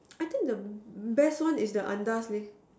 I think the best one is the andaz leh